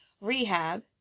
rehab